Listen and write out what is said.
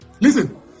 Listen